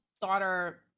daughter